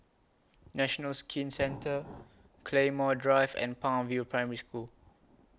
National Skin Centre Claymore Drive and Palm View Primary School